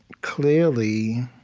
clearly,